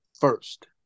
first